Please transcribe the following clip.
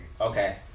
okay